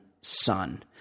son